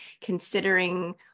considering